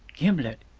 gimblet!